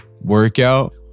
workout